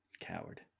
Coward